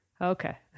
okay